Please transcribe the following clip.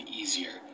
easier